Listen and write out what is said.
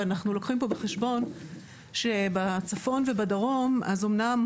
ואנחנו לוקחים פה בחשבון שבצפון ובדרום אמנם,